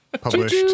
published